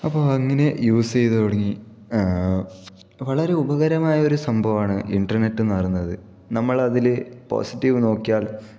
അപ്പോൾ അങ്ങനെ യൂസ് ചെയ്ത് തുടങ്ങി വളരെ ഉപകരമായ ഒരു സംഭവമാണ് ഇന്റർനെറ്റ് എന്ന് പറയുന്നത് നമ്മളതില് പോസറ്റീവ് നോക്കിയാൽ